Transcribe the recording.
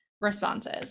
responses